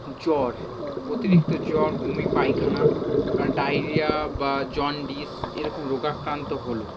জ্বর অতিরিক্ত জ্বর বমি পায়খানা আর ডাইরিয়া বা জন্ডিস এরকম রোগাক্রান্ত হলো